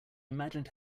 imagined